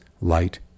light